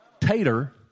Tater